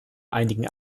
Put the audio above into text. einigen